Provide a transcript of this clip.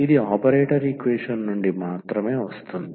ఇది operator equation నుండి మాత్రమే వస్తుంది